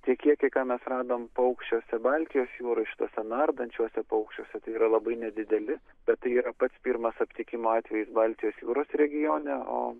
tie kiekiai ką mes radom paukščiuose baltijos jūroj šituose nardančiuose paukščiuose tai yra labai nedideli bet tai yra pats pirmas aptikimo atvejis baltijos jūros regione o